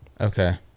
Okay